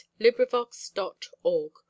LibriVox.org